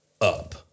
up